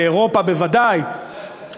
באירופה בוודאי,